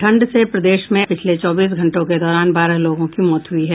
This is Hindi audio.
ठंड से प्रदेश में पिछले चौबीस घंटों के दौरान बारह लोगों की मौत हुई है